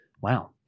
wow